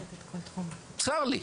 צר לי.